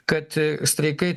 kad streikai